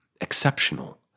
exceptional